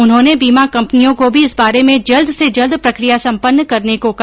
उन्होंने बीमा कंपनियों को भी इस बारे में जल्द से जल्द प्रक्रिया संपन्न करने को कहा